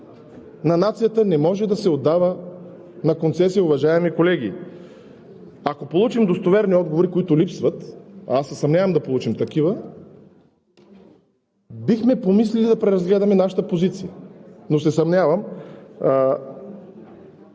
на нацията не може да се отдават на концесия, уважаеми колеги. Ако получим достоверни отговори, които липсват, а аз се съмнявам да получим такива, бихме помислили да преразгледаме нашата позиция. Но се съмнявам.